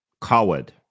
Coward